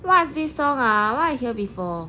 what's this song ah why I hear before